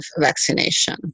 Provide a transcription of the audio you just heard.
vaccination